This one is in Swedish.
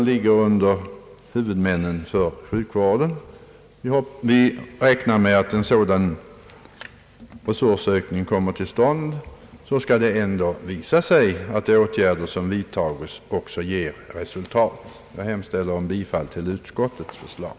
Vi räknar också med att en resursökning kommer till stånd på vårdsidan, där dock avgörandet närmast ligger hos huvudmännen för sjukvården. Herr talman! Jag hemställer om bifall till utskottets förslag.